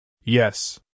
Yes